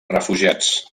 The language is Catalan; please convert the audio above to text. refugiats